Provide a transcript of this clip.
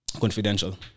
confidential